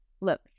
look